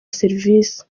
serivisi